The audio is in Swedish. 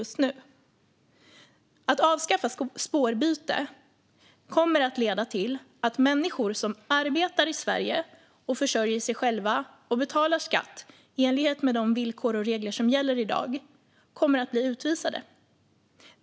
Att avskaffa spårbyte kommer att leda till att människor som arbetar i Sverige, försörjer sig själva och betalar skatt i enlighet med de villkor och regler som gäller i dag kommer att bli utvisade.